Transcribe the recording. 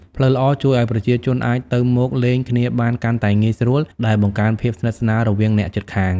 ផ្លូវល្អជួយឲ្យប្រជាជនអាច ទៅមកលេងគ្នាបានកាន់តែងាយស្រួល ដែលបង្កើនភាពស្និទ្ធស្នាលរវាងអ្នកជិតខាង។